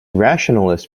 rationalist